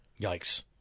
Yikes